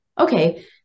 Okay